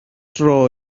dro